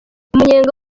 umunyenga